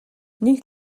нэг